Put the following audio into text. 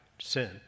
sin